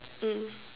mm